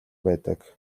байдаг